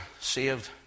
saved